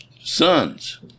sons